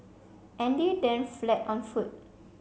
Andy then fled on foot